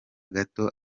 gato